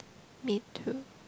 me too